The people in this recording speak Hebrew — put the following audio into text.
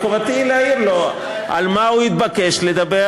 מחובתי להעיר לו על מה הוא התבקש לדבר